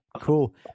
Cool